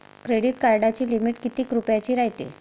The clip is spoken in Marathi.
क्रेडिट कार्डाची लिमिट कितीक रुपयाची रायते?